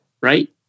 right